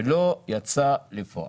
ולא יצא לפועל.